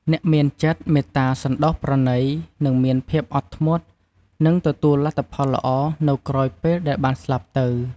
អ្នកមានចិត្ត មេត្តាសណ្តោសប្រណី និងមានភាពអត់ធ្មត់ នឹងទទួលលទ្ធផលល្អនៅក្រោយពេលដែលបានស្លាប់ទៅ។